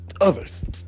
others